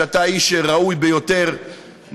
שאתה איש ראוי ביותר,